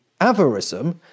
avarism